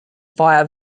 via